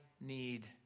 need